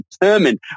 determined